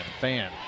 Fan